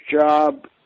job